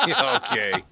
Okay